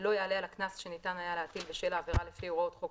לא יעלה על הקנס שהיה ניתן להטיל בשל העבירה לפי הוראות חוק